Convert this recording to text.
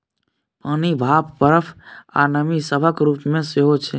पानि, भाप, बरफ, आ नमी सभक रूप मे सेहो छै